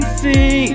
see